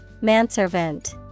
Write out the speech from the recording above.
Manservant